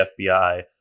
FBI